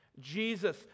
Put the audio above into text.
Jesus